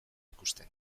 ikusten